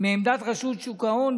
מעמדת רשות שוק ההון,